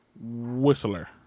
whistler